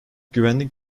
güvenlik